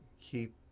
Keep